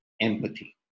empathy